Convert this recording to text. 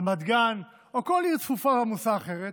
רמת גן או כל עיר צפופה או עמוסה אחרת,